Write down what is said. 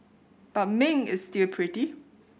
but Ming is still pretty